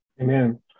Amen